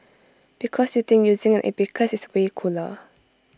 because you think using an abacus is way cooler